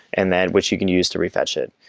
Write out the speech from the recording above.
and then which you can use to refetch it.